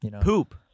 poop